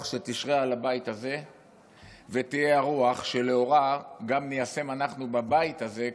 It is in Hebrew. שתשרה על הבית הזה ותהיה הרוח שלאורה ניישם גם אנחנו בבית הזה,